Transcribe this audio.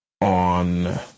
on